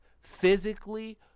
physically